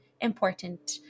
important